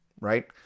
right